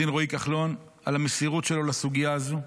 רואי כחלון ועל המסירות שלו לסוגיה הזו.